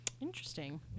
Interesting